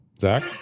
Zach